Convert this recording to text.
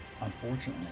unfortunately